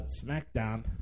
Smackdown